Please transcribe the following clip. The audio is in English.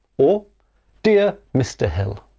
ah dear mr hill,